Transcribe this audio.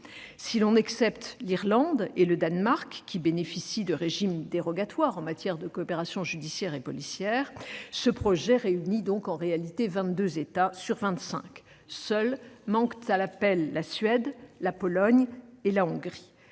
Si l'on excepte l'Irlande et le Danemark, qui bénéficient de régimes dérogatoires en matière de coopération judiciaire et policière, ce projet réunit donc en réalité 22 États sur 25. Seules manquent à l'appel la Suède, la Pologne et la Hongrie.